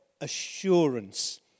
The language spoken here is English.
assurance